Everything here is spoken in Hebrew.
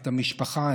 את המשפחה,